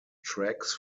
tracks